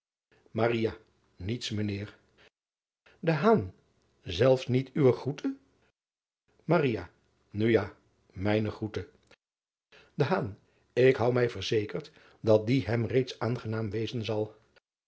elfs niet uwe groete u ja mijne groete k houd mij verzekerd dat die hem reeds aangenaam wezen zal